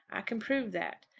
i can prove that.